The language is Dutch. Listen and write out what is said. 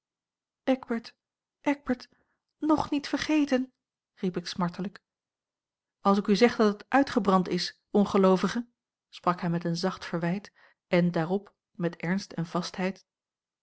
eckbert eckbert ng niet vergeten riep ik smartelijk als ik u zeg dat het uitgebrand is ongeloovige sprak hij met zacht verwijt en daarop met ernst en vastheid